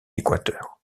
équateur